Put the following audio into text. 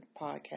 podcast